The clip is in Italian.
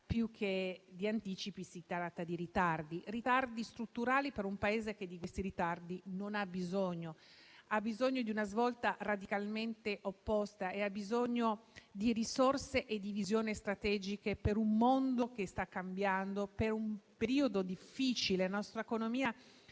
più che di anticipi si tratta di ritardi: ritardi strutturali per un Paese che di questi ritardi non ha bisogno. Questo Paese ha bisogno di una svolta radicalmente opposta, di risorse e di visioni strategiche perché il mondo sta cambiando e il periodo è difficile: la nostra economia